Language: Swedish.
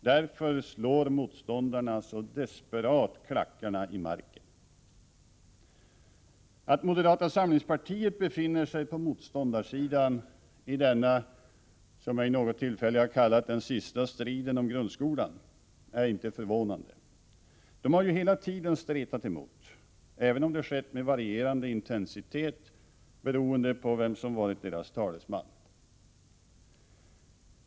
Därför sätter motståndarna så desperat klackarna i marken. Att moderata samlingspartiet befinner sig på motståndarsidan i denna sista strid, som jag vid något tillfälle har kallat den, om grundskolan är inte förvånande. De har hela tiden stretat emot, även om det skett med varierande intensitet beroende på vem som varit deras talesman.